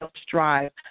strive